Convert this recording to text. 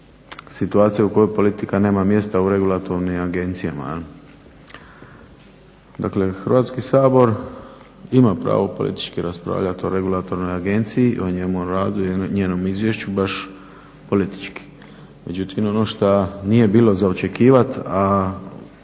situacija u kojoj politika nema mjesta u regulatornim agencijama jel. Dakle, Hrvatski sabor ima pravo politički raspravljati o regulatornoj agenciji, o njenom radu i njenom izvješću baš politički. Međutim, ono što nije bilo za očekivati, a